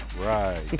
right